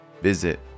visit